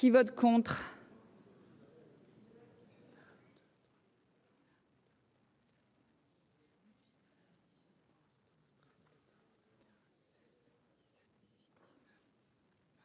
Qui vote contre.